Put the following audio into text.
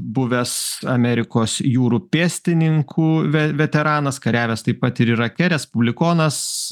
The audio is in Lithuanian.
buvęs amerikos jūrų pėstininkų ve veteranas kariavęs taip pat ir irake respublikonas